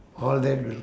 all that